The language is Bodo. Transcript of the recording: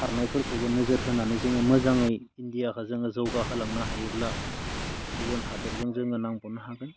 खारनायफोरखौबो नोजोर होनानै जोङो मोजाङै इन्डियाखो जोङो जौगा होलांनो हायोब्ला गुबुन हादरजों जोङो नांगनो हागोन